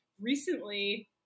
recently